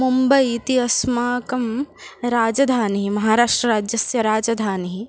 मुम्बै इति अस्माकं राजधानिः महाराष्ट्रराज्यस्य राजधानिः